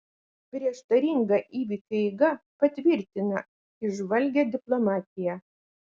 prieštaringa įvykių eiga patvirtina įžvalgią diplomatiją